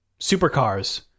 supercars